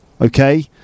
okay